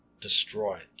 destroyed